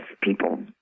people